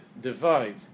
divide